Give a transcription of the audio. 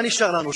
מה נשאר לנו?